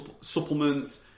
supplements